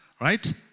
right